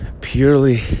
purely